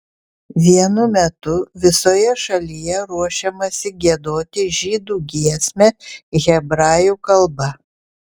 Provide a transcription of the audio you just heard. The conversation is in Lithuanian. vienu metu visoje šalyje ruošiamasi giedoti žydų giesmę hebrajų kalba